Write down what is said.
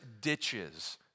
ditches